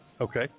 Okay